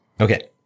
Okay